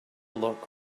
look